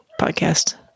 podcast